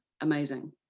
amazing